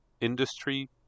industry